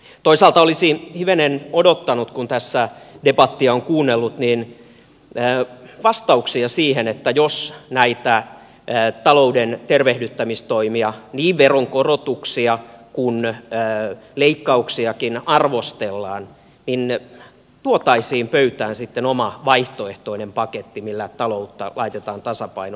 toisaalta olisi hivenen odottanut kun tässä debattia on kuunnellut vastauksia siihen että jos näitä talouden tervehdyttämistoimia niin veronkorotuksia kuin leikkauksiakin arvostellaan niin tuotaisiin pöytään sitten oma vaihtoehtoinen paketti siitä millä taloutta laitetaan tasapainoon